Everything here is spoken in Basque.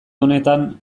honetan